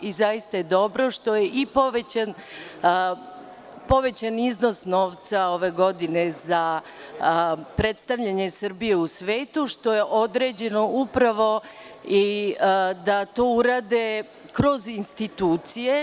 Zaista je dobro što je i povećan iznos novca ove godine za predstavljanje Srbije u svetu, što je određeno upravo da to urade kroz institucije.